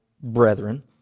brethren